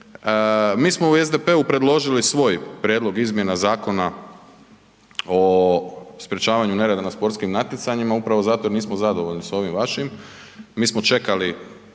mi smo u SDP-u predložili svoj prijedlog izmjena Zakona o sprječavanju nereda na sportskim natjecanjima upravo zato jer nismo zadovoljni s ovim vašim, mi smo čekali,